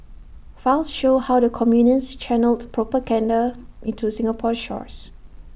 files show how the communists channelled propaganda into Singapore's shores